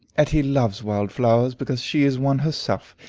etty loves wild flowers because she is one herself,